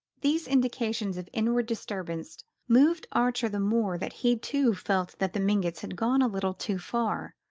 these indications of inward disturbance moved archer the more that he too felt that the mingotts had gone a little too far.